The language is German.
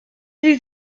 sie